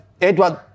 Edward